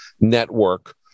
network